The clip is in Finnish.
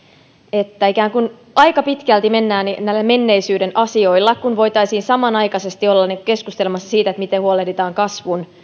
että ikään kuin aika pitkälti mennään näillä menneisyyden asioilla kun voitaisiin samanaikaisesti olla keskustelemassa siitä miten huolehditaan kasvun